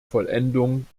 vollendung